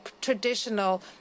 traditional